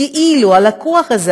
כאילו הלקוח הזה,